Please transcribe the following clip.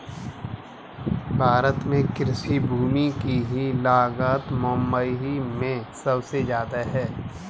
भारत में कृषि भूमि की लागत मुबई में सुबसे जादा है